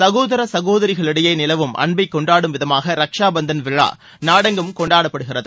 சகோதர சகோதரிகளிடையே நிலவும் அன்பை கொண்டாடும் விதமாக ரக்ஷா பந்தன் விழா நாடெங்கும் இன்று கொண்டாடப்படுகிறது